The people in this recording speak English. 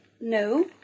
No